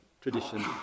tradition